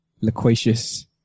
loquacious